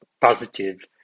positive